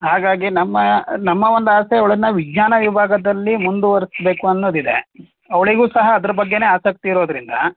ಹಾಗಾಗಿ ನಮ್ಮ ನಮ್ಮ ಒಂದು ಆಸೆ ಅವಳನ್ನ ವಿಜ್ಞಾನ ವಿಭಾಗದಲ್ಲಿ ಮುಂದುವರೆಸ್ಬೇಕು ಅನ್ನೋದು ಇದೆ ಅವಳಿಗೂ ಸಹ ಅದ್ರ ಬಗ್ಗೆನೇ ಆಸಕ್ತಿ ಇರೋದರಿಂದ